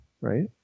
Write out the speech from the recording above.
right